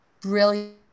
Brilliant